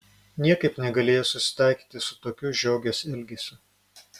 niekaip negalėjo susitaikyti su tokiu žiogės elgesiu